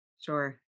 Sure